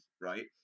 right